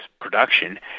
production